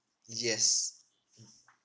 yes mm